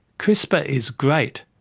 crispr is great.